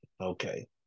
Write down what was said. okay